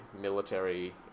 military